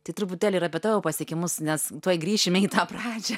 tai truputėlį ir apie tavo pasiekimus nes tuoj grįšime į tą pradžią